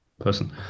person